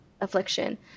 affliction